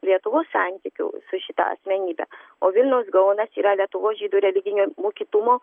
lietuvos santykių su šita asmenybe o vilniaus gaonas yra lietuvos žydų religinio mokytumo